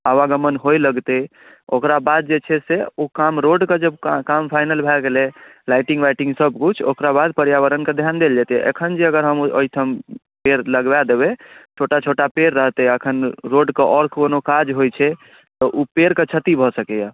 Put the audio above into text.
आवागमन होइ लगतै ओकरा बाद जे छै से ओ काम रोडके जब काम फाइनल भए गेलै लाइटिंग वाइटिंग सब कुछ ओकरा बाद पर्यावरण के ध्यान देल जेतै एखन जे अगर हम ओहिठाम पेड़ लगबाए देबै तऽ छोटा छोटा पेड़ रहतै अखन रोडके आओर कोनो काज होइ छै तऽ ओ पेड़ के क्षति भऽ सकैया